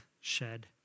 shed